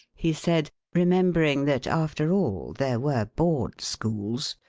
he said, remembering that, after all, there were board schools,